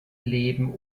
leben